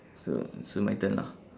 so so my turn lah